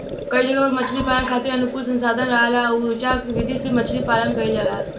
कई जगह पर मछरी पालन खातिर अनुकूल संसाधन ना राहला से ओइजा इ विधि से मछरी पालन कईल जाला